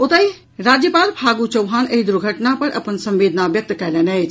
ओतहि राज्यपाल फागू चौहान एहि दुर्घटना पर अपन संवेदना व्यक्त कयलनि अछि